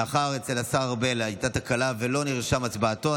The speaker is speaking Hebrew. מאחר שאצל השר ארבל הייתה תקלה ולא נרשמה הצבעתו,